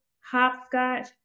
hopscotch